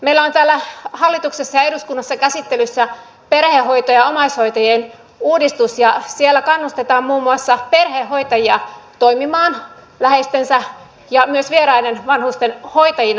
meillä on täällä hallituksessa ja eduskunnassa käsittelyssä perhehoitajien ja omaishoitajien uudistus ja siellä kannustetaan muun muassa perhehoitajia toimimaan läheistensä ja myös vieraiden vanhusten hoitajina